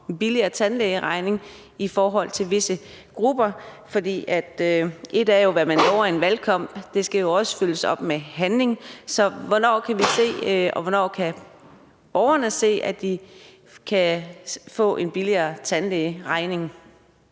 en billigere tandlægeregning i forhold til visse grupper. For et er, hvad man lover i en valgkamp, men noget andet er jo, at det også skal følges op med handling. Så hvornår kan vi se og hvornår kan borgerne se, at de kan få en billigere tandlægeregning?